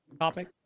topic